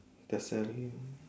the salary